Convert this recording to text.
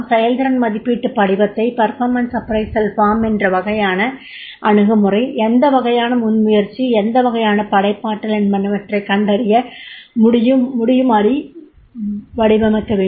செயல்திறன் மதிப்பீட்டு படிவத்தை எந்த வகையான அணுகுமுறை எந்த வகையான முன்முயற்சி எந்த வகையான படைப்பாற்றல் என்பனவற்றை கண்டறிய முடியும்படி வடிவமைக்க வேண்டும்